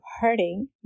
hurting